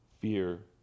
fear